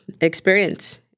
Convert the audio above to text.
experience